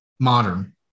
Modern